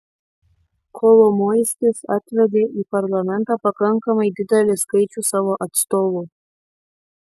kolomoiskis atvedė į parlamentą pakankamai didelį skaičių savo atstovų